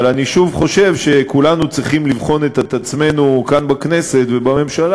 אבל אני שוב חושב שכולנו צריכים לבחון את עצמנו כאן בכנסת ובממשלה,